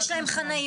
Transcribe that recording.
יש להם חניות.